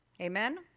Amen